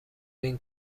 این